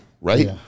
right